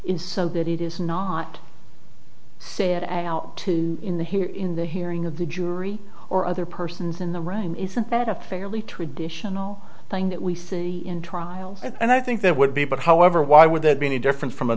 is so that it is not said i out to in the here in the hearing of the jury or other persons in the room isn't that a fairly traditional thing that we see in trials and i think that would be but however why would that be any different from a